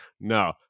no